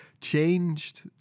changed